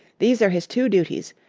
these are his two duties,